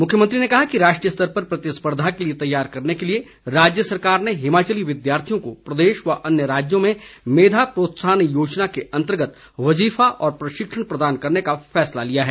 मुख्यमंत्री ने कहा कि राष्ट्रीय स्तर पर प्रतिस्पर्धा के लिए तैयार करने के लिए राज्य सरकार ने हिमाचली विद्यार्थियों को प्रदेश व अन्य राज्यों में मेधा प्रोत्साहन योजना के अंतर्गत वजीफा व प्रशिक्षण प्रदान करने का फैसला लिया है